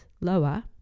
lower